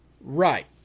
right